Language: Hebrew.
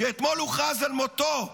שאתמול הוכרז על מותו,